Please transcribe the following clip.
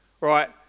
right